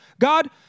God